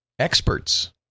Experts